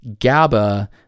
GABA